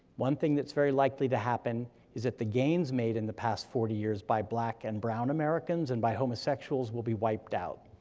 one thing that's very likely to happen is that the gains made in the past forty years by black and brown americans, and by homosexuals, will be wiped out.